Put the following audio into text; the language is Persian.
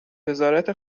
وزارت